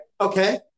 Okay